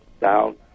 down